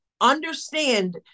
understand